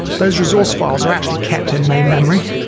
those results files are actually kept in main memory.